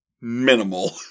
Minimal